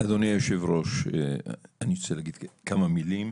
אדוני היושב-ראש, אני רוצה להגיד כמה מילים.